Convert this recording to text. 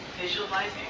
visualizing